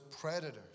predators